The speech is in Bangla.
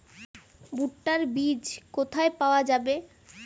ভুট্টার বিজ কোথায় পাওয়া যাবে?